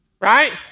right